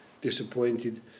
disappointed